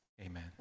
Amen